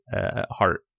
heart